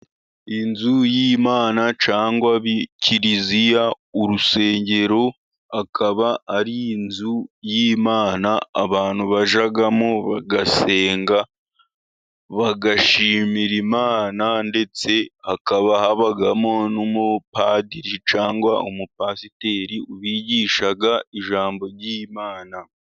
Inzu y'Imana cyangwa kiliziya, urusengero, akaba ari inzu y'Imana abantu bajyamo bagasenga, bagashimira imana ndetse hakaba, habamo n'umupadiri cyangwa umupasiteri wigisha ijambo ry'Imana.